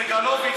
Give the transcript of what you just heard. תגידי לי,